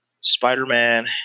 Spider-Man